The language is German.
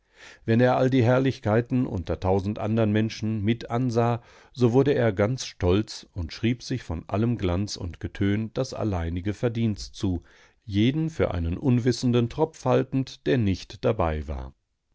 wenn er all die herrlichkeiten unter tausend anderen menschen mit ansah so wurde er ganz stolz und schrieb sich von allem glanz und getön das alleinige verdienst zu jeden für einen unwissenden tropf haltend der nicht dabei war